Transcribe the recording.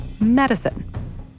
Medicine